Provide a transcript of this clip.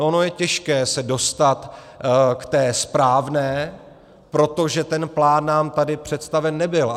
Ono je těžké se dostat k té správné, protože ten plán nám tady představen nebyl.